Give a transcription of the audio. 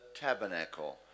tabernacle